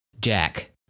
Jack